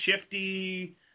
shifty